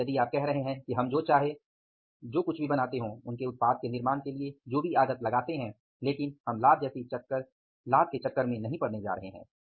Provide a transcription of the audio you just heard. क्योंकि यदि आप कह रहे हैं कि हम चाहे जो कुछ भी बनाते हैं उनके उत्पाद के निर्माण के लिए जो भी लागत लगाते हैं लेकिन हम लाभ जैसी चीज़ के चक्कर में नहीं पड़ने जा रहे हैं